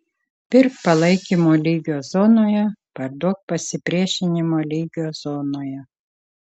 pirk palaikymo lygio zonoje parduok pasipriešinimo lygio zonoje